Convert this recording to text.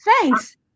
thanks